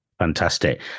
Fantastic